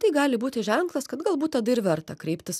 tai gali būti ženklas kad galbūt tada ir verta kreiptis